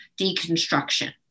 deconstruction